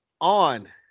on